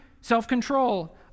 self-control